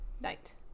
night